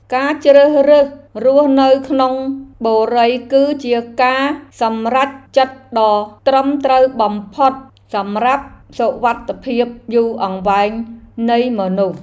ការជ្រើសរើសរស់នៅក្នុងបុរីគឺជាការសម្រេចចិត្តដ៏ត្រឹមត្រូវបំផុតសម្រាប់សុវត្ថិភាពយូរអង្វែងនៃមនុស្ស។